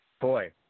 Boy